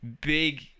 big